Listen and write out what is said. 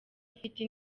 afite